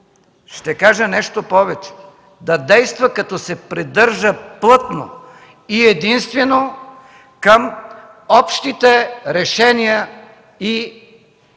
ще кажа нещо повече, да действа, като се придържа плътно и единствено към общите решения и оценки